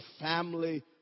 family